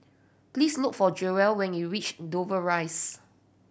please look for Jewell when you reach Dover Rise